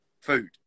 Food